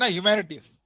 Humanities